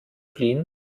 fliehen